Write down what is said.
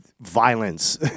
violence